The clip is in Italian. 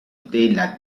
della